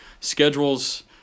schedules